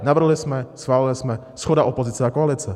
Navrhli jsme, schválili jsme, shoda opozice a koalice.